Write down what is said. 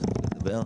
שלכם,